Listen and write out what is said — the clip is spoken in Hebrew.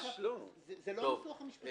זה לא ניסוח משפטי.